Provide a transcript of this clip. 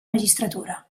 magistratura